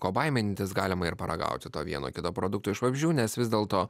ko baimintis galima ir paragauti to vieno kito produkto iš vabzdžių nes vis dėlto